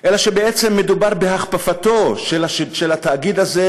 אלא שבעצם מדובר בהכפפתו של התאגיד הזה